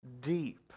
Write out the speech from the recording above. deep